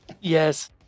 Yes